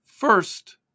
First